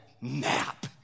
nap